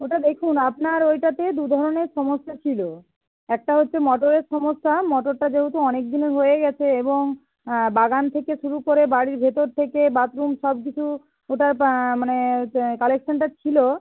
ওটা দেখুন আপনার ওইটাতে দুধরনের সমস্যা ছিল একটা হচ্ছে মোটরের সমস্যা মোটরটা যেহেতু অনেক দিনের হয়ে গেছে এবং বাগান থেকে শুরু করে বাড়ির ভেতর থেকে বাথরুম সব কিছু ওটা মানে কানেকশানটা ছিল